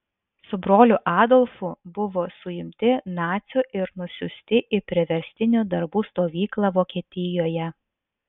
su broliu adolfu buvo suimti nacių ir nusiųsti į priverstinių darbų stovyklą vokietijoje